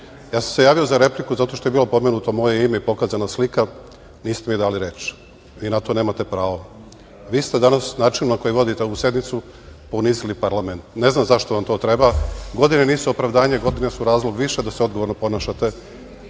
sam se javio za repliku zato što je bilo pomenuto moje ime i pokazana slika, niste mi dali reč. Vi na to nemate pravo. Vi ste danas načinom na koji vodite ovu sednicu ponizili parlament. Ne znam zašto vam to treba. Godine nisu opravdanje, godine su razlog više da se odgovorno ponašate. Ne